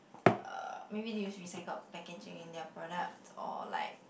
uh maybe they use recycled packaging in their products or like